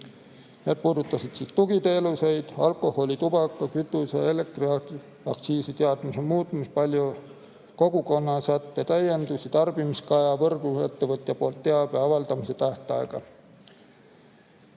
Need puudutasid tugiteenuseid, alkoholi-, tubaka-, kütuse- ja elektriaktsiisi seaduse muutmist, kogukonna sätte täiendusi tarbimiskaja ning võrguettevõtja poolt teabe avaldamise tähtaega.